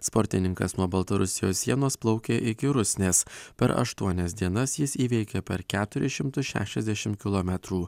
sportininkas nuo baltarusijos sienos plaukė iki rusnės per aštuonias dienas jis įveikė per keturis šimtus šešiasdešim kilometrų